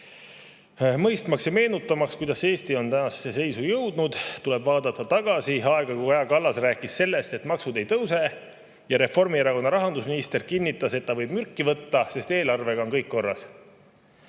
suurem. Mõistmaks ja meenutamaks, kuidas Eesti on tänasesse seisu jõudnud, tuleb vaadata tagasi aega, kui Kaja Kallas rääkis sellest, et maksud ei tõuse, ja Reformierakonna rahandusminister kinnitas, et ta võib mürki võtta selle peale, et eelarvega on kõik korras.